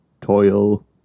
toil